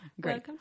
great